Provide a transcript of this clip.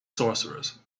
sorcerers